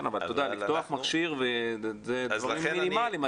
כן, אבל לפתוח מכשיר זה דברים מינימליים.